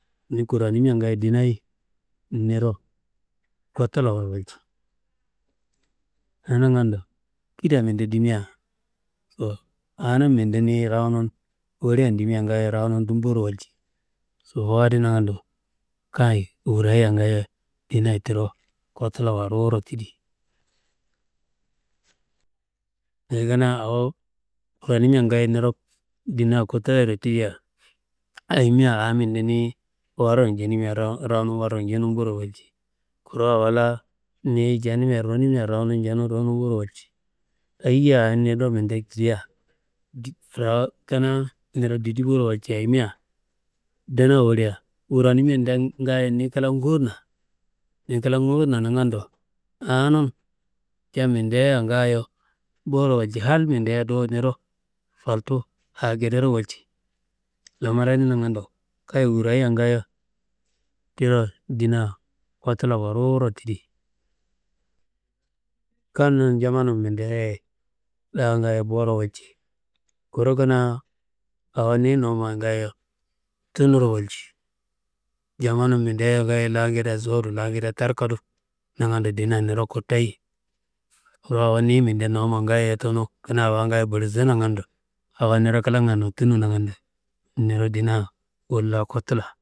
Ni kuranimia ngaayo ndinayi niro kotulaworo walci. Anaa nangando, kida minde dimiaso, awonum minde niyi rawunun wolian dimia ngaayo rawunun dum boro walci. Sobowu adi nangando kayi wurayiya ngaayo ndina tiro kotulaworo ruwuro tidi. Dayi kanaa awo kuronimia ngaayo niro ndina kotulayiro tidi, ayimia awo minde niyi warum jenimia rawunumu warumu jenum boro walci, kuru awo la niyi jenimia ronimia rawunumu jenum ronum boro walci, ayiye minde niro jidia (inetelligible) knaa niro didi boro walci, ayimia duna wollia, wuranimia nda ngaayo ni kla nguwuna nin kla nguwuna nangando awonun ca mindea ngaayo boro walci, hal mindea ngaayo niro faltu awo ngedero walci, lamar adi nangando, kayi wurayiya ngaayo tiro ndina kotulaworo ruwuro tidi, kanun jamanum mindeaye la ngaayo boro walci, kuru kanaa awo niyi nowuma ngaayo tunuro walci, jamanum mindea ngaayo langede sowudu, langede tarkadu nangando ndina niro kottayi, do awo niyi minde nowuma ngaayo tunu kanaa awo ngaayo bulimsu nagando, awo niro klanga nottunu nangando niro ndina wolla kotula